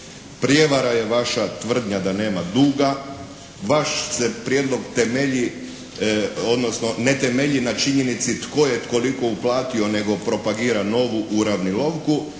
Prijevara je vaša tvrdnja da nema duga. Vaš se prijedlog temelji, odnosno ne temelji na činjenici tko je koliko uplatio, nego propagira novu uravnilovku